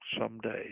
someday